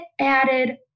added